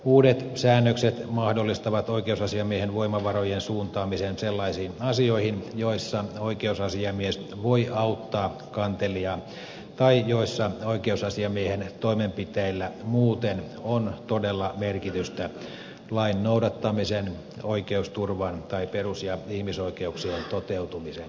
uudet säännökset mahdollistavat oikeusasiamiehen voimavarojen suuntaamisen sellaisiin asioihin joissa oikeusasiamies voi auttaa kantelijaa tai joissa oikeusasiamiehen toimenpiteillä muuten on todella merkitystä lain noudattamisen oikeusturvan tai perus ja ihmisoikeuksien toteutumisen kannalta